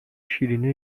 شیرینی